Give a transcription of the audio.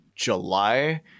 july